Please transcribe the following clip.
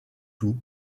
tout